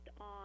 on